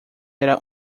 era